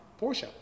Porsche